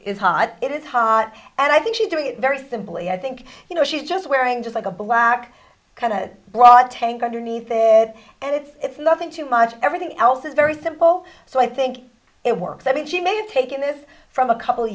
is hot it is hot and i think she's doing it very simply i think you know she's just wearing just like a black kind of broad tank underneath it and it's nothing too much everything else is very simple so i think it works i mean she may have taken it from a couple